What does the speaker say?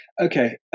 Okay